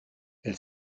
elle